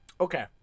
Okay